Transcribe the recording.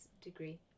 degree